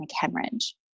hemorrhage